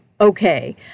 okay